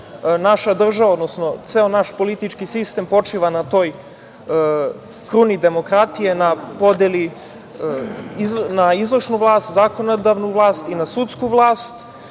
Naša država, odnosno ceo naš politički sistem počiva na toj kruni demokratije, na podeli na izvršnu vlast, zakonodavnu vlast i na sudsku vlast.